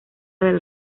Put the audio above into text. del